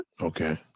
Okay